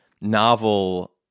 novel